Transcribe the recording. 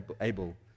able